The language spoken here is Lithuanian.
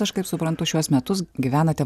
aš kaip suprantu šiuos metus gyvenate